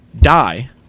die